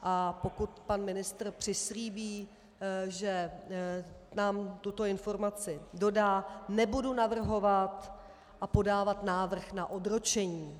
A pokud pan ministr přislíbí, že nám tuto informaci dodá, nebudu navrhovat a podávat návrh na odročení.